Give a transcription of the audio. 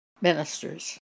ministers